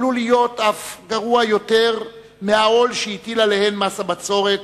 עלול להיות אף גרוע יותר מהעול שהטיל עליהן מס הבצורת,